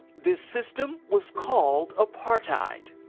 the system was called apartheid.